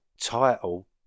title